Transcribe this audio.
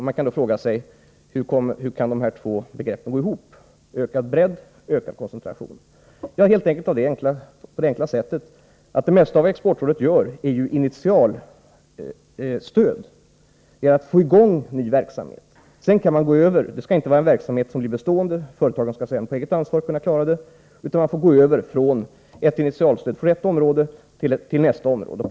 Man kan då fråga sig hur de två begreppen ökad bredd och ökad slagkraft kan gå ihop. Jo, helt enkelt genom att det mesta av vad Exportrådet gör är initialstöd — det gäller att få i gång ny verksamhet, inte en verksamhet som blir bestående, utan företagen skall sedan ta ansvar för att klara verksamheten. Exportrådet kan därefter gå över från ett område till nästa med initialstöd.